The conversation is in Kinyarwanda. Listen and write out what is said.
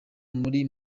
muri